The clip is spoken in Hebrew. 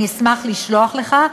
אני אשמח לשלוח לך.